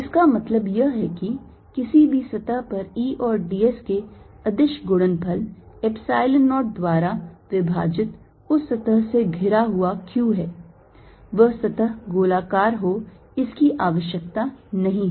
इसका मतलब यह है कि किसी भी सतह पर E और d s के अदिश गुणनफल Epsilon 0 द्वारा विभाजित उस सतह से घिरा हुआ q है वह सतह गोलाकार हो इसकी आवश्यकता नहीं है